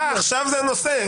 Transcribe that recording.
אה, עכשיו זה הנושא.